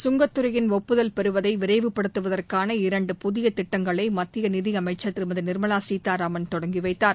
கங்கத்துறையின் ஒப்புதல் பெறுவதை விரைவுப்படுத்துவதற்கான இரண்டு புதிய திட்டங்களை மத்திய நிதியமைச்சர் திருமதி நிர்மலா சீதாராமன் தொடங்கிவைத்தார்